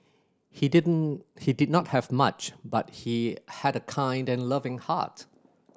he did he did not have much but he had a kind and loving heart